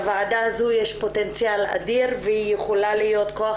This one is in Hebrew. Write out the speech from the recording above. לוועדה הזו יש פוטנציאל אדיר והיא יכולה להיות כוח